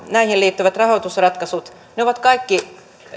näihin liittyvät rahoitusratkaisut kaikki